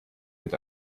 wird